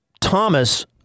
Thomas